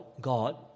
God